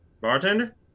Bartender